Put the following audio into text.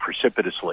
precipitously